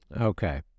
Okay